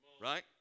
Right